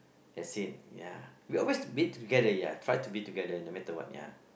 that's it ya we always meet together ya try to meet together no matter what ya